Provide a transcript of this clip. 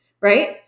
Right